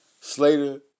Slater